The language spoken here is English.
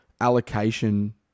allocation